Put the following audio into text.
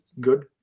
good